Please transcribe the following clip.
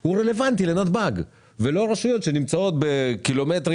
הוא רלוונטי לנתב"ג ולא רשויות שנמצאות קילומטרים,